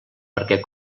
perquè